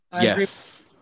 Yes